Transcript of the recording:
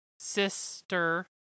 sister